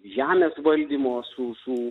žemės valdymo su su